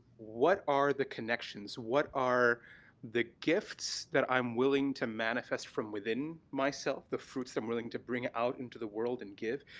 what are the connections? what are the gifts that i'm willing to manifest from within myself, the fruits i'm willing to bring it out into the world and give,